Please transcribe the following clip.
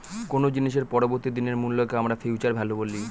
কোনো জিনিসের পরবর্তী দিনের মূল্যকে আমরা ফিউচার ভ্যালু বলি